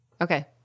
Okay